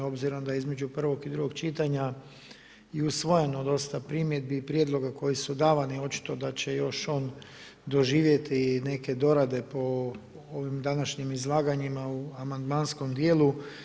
Obzirom da između prvog i drugog čitanja je usvojeno dosta primjedbi i prijedloga koji su davani očito da će još on doživjeti i neke dorade po ovim današnjim izlaganjima u amandmanskom dijelu.